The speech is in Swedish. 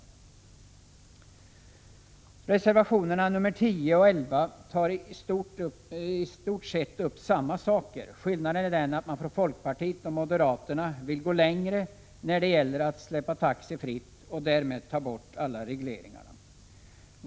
I reservationerna nr 10 och 11 tas i stort sett samma frågor upp. Skillnaden mellan reservationerna ligger däri att folkpartiet och moderaterna vill gå längre när det gäller att avreglera taxiverksamheten.